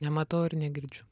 nematau ir negirdžiu